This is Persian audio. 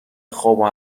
خوابو